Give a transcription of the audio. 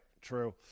True